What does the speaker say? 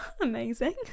amazing